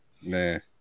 Man